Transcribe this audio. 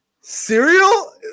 cereal